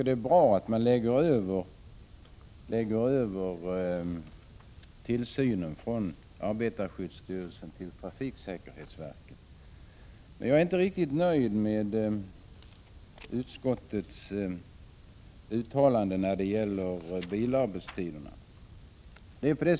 Det är bra att ansvaret för tillsynen flyttas över från arbetarskyddsstyrelsen till trafiksäkerhetsverket, men jag är inte riktigt nöjd med utskottets uttalande om bilarbetstiderna.